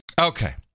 Okay